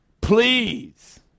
please